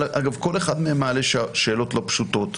אגב, כל אחד מהם מעלה שאלות לא פשוטות,